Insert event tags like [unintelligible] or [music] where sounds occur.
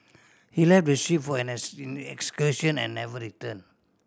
he left the ship for an [unintelligible] excursion and never return